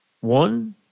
one